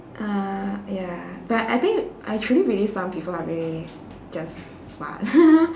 uh ya but I think I truly believe some people are really just smart